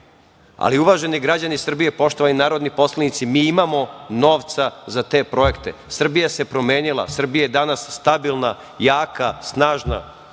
Srbiji. Uvaženi građani Srbije, poštovani narodni poslanici, mi imamo novca za te projekte. Srbija se promenila, Srbija je danas stabilna, jaka, snažna.